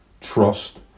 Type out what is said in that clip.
trust